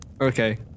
okay